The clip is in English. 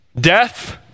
death